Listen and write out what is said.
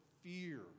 fear